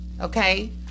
Okay